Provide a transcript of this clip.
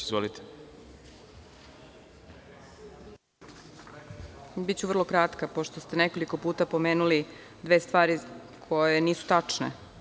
Biću vrlo kratka, pošto ste nekoliko puta pomenuli dve stvari koje nisu tačne.